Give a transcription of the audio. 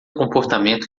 comportamento